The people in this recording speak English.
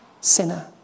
sinner